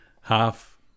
half